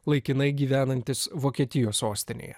laikinai gyvenantis vokietijos sostinėje